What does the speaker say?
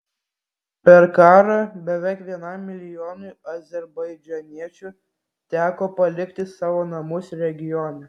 per karą beveik vienam milijonui azerbaidžaniečių teko palikti savo namus regione